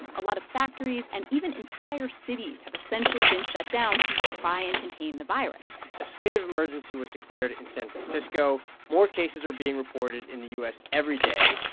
a lot of factories and even entire cities have essentially been shut down to try and contain the virus a state of emergency was declared in san francisco. more cases are being reported in the u s. every day,